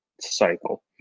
cycle